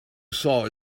saw